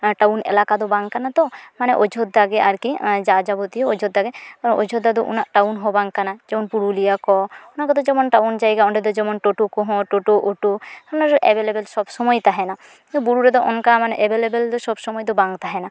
town ᱮᱞᱟᱠᱟᱫᱚ ᱵᱟᱝ ᱠᱟᱱᱟ ᱛᱚ ᱢᱟᱱᱮ ᱚᱡᱳᱫᱽᱫᱷᱟ ᱜᱮ ᱟᱨᱠᱤ ᱡᱟ ᱡᱟᱵᱚᱛᱤᱭᱚ ᱚᱡᱳᱫᱽᱫᱷᱟ ᱜᱮ ᱚᱡᱳᱫᱽᱫᱷᱟ ᱫᱚ ᱩᱱᱟᱹᱜ ᱴᱟᱣᱩᱱ ᱦᱚᱸ ᱵᱟᱝ ᱠᱟᱱᱟ ᱡᱮᱢᱚᱱ ᱯᱩᱨᱩᱞᱤᱭᱟ ᱠᱚ ᱚᱱᱟᱠᱚ ᱫᱚ ᱡᱮᱢᱚᱱ ᱴᱟᱣᱩᱱ ᱡᱟᱭᱜᱟ ᱚᱸᱰᱮᱫᱚ ᱡᱮᱢᱚᱱ ᱴᱳᱴᱳ ᱠᱚ ᱦᱚᱸ ᱴᱳᱴᱳ ᱚᱴᱳ ᱮᱵᱮᱞᱮᱵᱮᱞ ᱥᱚᱵᱽ ᱥᱚᱢᱚᱭ ᱛᱟᱦᱮᱱᱟ ᱵᱩᱨᱩ ᱨᱮᱫᱚ ᱚᱱᱠᱟ ᱢᱟᱱᱮ ᱮᱵᱮᱞᱮᱵᱮᱞ ᱫᱚ ᱥᱚᱵᱽ ᱥᱚᱢᱚᱭ ᱫᱚ ᱵᱟᱝ ᱛᱟᱦᱮᱱᱟ